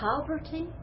poverty